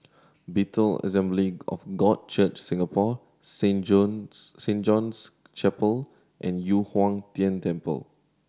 Bethel Assembly of God Church Singapore Saint John's Saint John's Chapel and Yu Huang Tian Temple